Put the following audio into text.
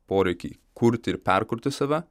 poreikį kurti ir perkurti save